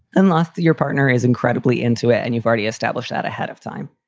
unless the your partner is incredibly into it and you've already established that ahead of time.